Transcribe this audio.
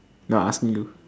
no I asking you